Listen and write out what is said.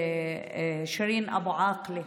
שירין אבו עאקלה.